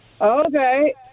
okay